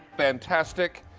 fantastic.